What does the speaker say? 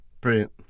Brilliant